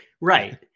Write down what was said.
Right